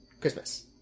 christmas